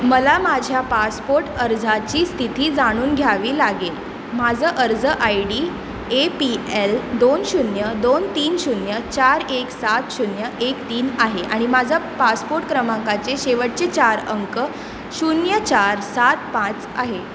मला माझ्या पासपोर्ट अर्जाची स्थिती जाणून घ्यावी लागेल माझं अर्ज I D A P L दोन शून्य दोन तीन शून्य चार एक सात शून्य एक तीन आहे आणि माझा पासपोर्ट क्रमांकाचे शेवटचे चार अंक शून्य चार सात पाच आहे